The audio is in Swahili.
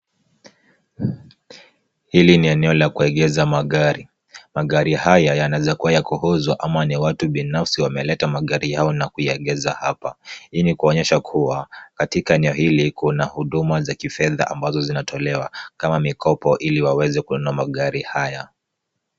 Hili ni eneo la kuegeza magari, magari haya yanaweza kuwa ya kuuzwa ama ni ya watu binafsi wameleta magari yao na kuyaegeza hapa. Hii ni kuonyesha kuwa katika eneo hili huduma za kifedha ambazo zinatolewa kama mikopo ili waweze kununua magari haya.